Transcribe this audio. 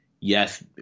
Yes